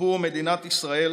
בעבור מדינת ישראל,